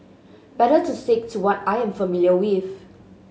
better to stick to what I am familiar with